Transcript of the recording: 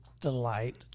delight